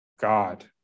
God